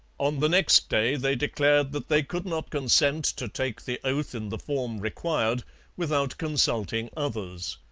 on the next day they declared that they could not consent to take the oath in the form required without consulting others.